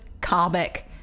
comic